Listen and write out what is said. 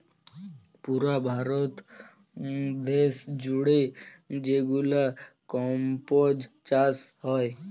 পুরা ভারত দ্যাশ জুইড়ে যেগলা কম্বজ চাষ হ্যয়